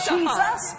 Jesus